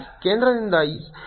ಕೇಂದ್ರದಿಂದ ಈ ದೂರವು r 0 ಆಗಿರಲಿ